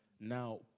now